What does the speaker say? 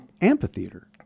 amphitheater